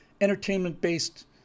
entertainment-based